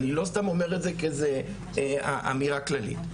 אני לא סתם אומר את זה כאמירה כללית.